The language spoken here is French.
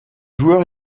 joueur